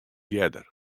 earder